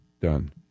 done